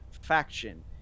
faction